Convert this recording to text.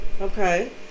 Okay